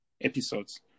episodes